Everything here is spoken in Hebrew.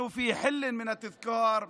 אנחנו במצב של זיכרון.